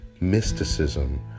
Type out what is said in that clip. mysticism